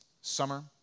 summer